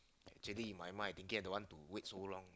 actually my mind thinking I don't want to wait so long